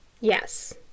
Yes